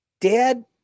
dad